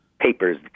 papers